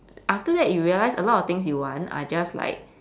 after that you realise a lot of things you want are just like